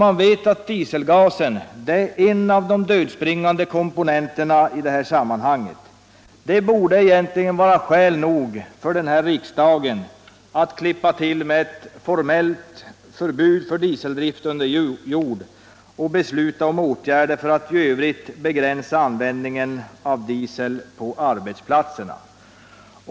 Man vet att dieselgasen är en av de dödsbringande komponenterna i det sammanhanget. Detta borde egentligen vara skäl nog för detta riksmöte att klippa till med ett formellt förbud för dieseldrift under jord och att beshua om åtgärder för att i övrigt begränsa användningen av diesel på arbetsplatserna.